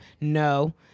No